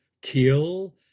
kill